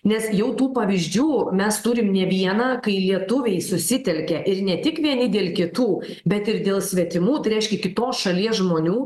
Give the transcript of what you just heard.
nes jau tų pavyzdžių mes turim ne vieną kai lietuviai susitelkė ir ne tik vieni dėl kitų bet ir dėl svetimų tai reiškia kitos šalies žmonių